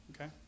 Okay